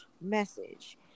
message